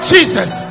Jesus